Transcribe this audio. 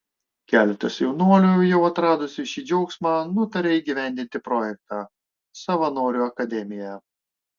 keletas jaunuolių jau atradusių šį džiaugsmą nutarė įgyvendinti projektą savanorių akademija